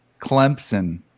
Clemson